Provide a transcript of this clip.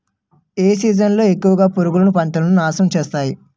ఏ season లో ఎక్కువుగా పురుగులు పంటను నాశనం చేస్తాయి?